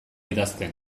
idazten